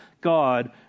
God